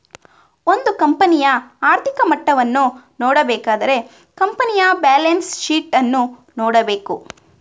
ಒಂದು ಕಂಪನಿಯ ಆರ್ಥಿಕ ಮಟ್ಟವನ್ನು ನೋಡಬೇಕಾದರೆ ಕಂಪನಿಯ ಬ್ಯಾಲೆನ್ಸ್ ಶೀಟ್ ಅನ್ನು ನೋಡಬೇಕು